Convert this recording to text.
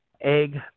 egg